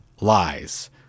lies